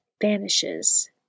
vanishes